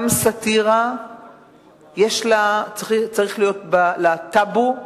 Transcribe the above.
גם סאטירה צריך להיות לה טבו,